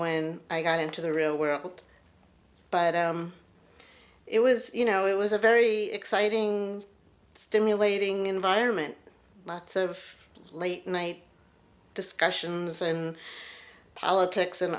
when i got into the real world but it was you know it was a very exciting stimulating environment lots of late night discussions and politics